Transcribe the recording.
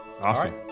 Awesome